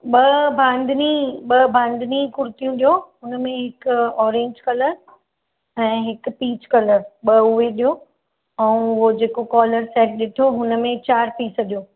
ॿ बांधनी ॿ बांधनी कुर्तियूं ॾेयो उनमें हिकु ऑरेंज कलर ऐं हिकु पीच कलर ॿ हुए ॾेयो ऐं वो जेको कॉलर सेट ॾिठो हुनमें चारि पीस ॾेयो